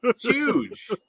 Huge